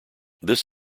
this